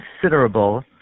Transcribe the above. considerable